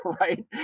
right